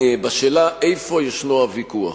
בשאלה איפה ישנו הוויכוח.